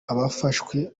abafashwe